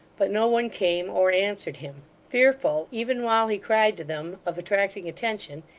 but no one came, or answered him. fearful, even while he cried to them, of attracting attention,